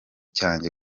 cyanjye